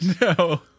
No